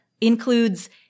includes